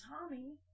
Tommy